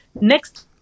next